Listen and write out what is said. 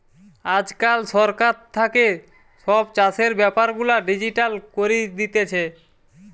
আজকাল সরকার থাকে সব চাষের বেপার গুলা ডিজিটাল করি দিতেছে